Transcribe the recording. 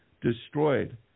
destroyed